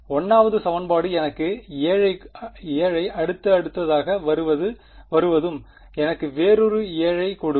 1 வது சமன்பாடு எனக்கு 7 ஐ அடுத்ததாக வருவதும் எனக்கு வேறொரு 7 ஐ கொடுக்கும்